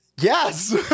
Yes